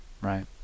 Right